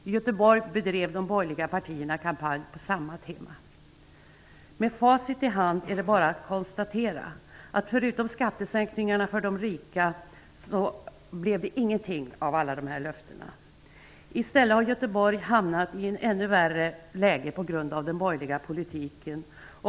I Göteborg bedrev de borgerliga partierna en kampanj på samma tema. Med facit i hand är det bara att konstatera, att förutom skattesänkningarna för de rika blev det ingenting av alla löften. I stället har Göteborg hamnat i ett ännu värre läge på grund av den borgerliga politiken.